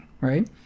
right